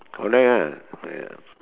correct lah correct